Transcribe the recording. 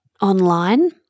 online